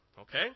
okay